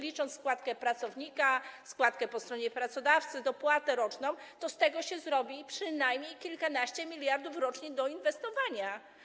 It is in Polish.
Kiedy policzymy składkę pracownika, składkę po stronie pracodawcy, dopłatę roczną, to z tego się zrobi przynajmniej kilkanaście miliardów rocznie do inwestowania.